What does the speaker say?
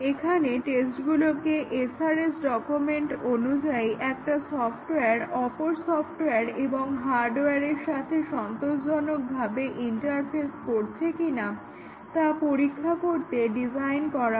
এখানে টেস্টগুলোকে SRS document অনুযায়ী একটা সফটওয়্যার অপর সফটওয়্যার এবং হার্ডওয়ারের সাথে সন্তোষজনকভাবে ইন্টারফেস করছে কিনা তা পরীক্ষা করতে ডিজাইন করা হয়